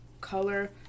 color